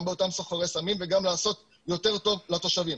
גם באותם סוחרי סמים וגם לעשות יותר טוב לתושבים.